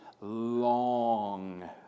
Long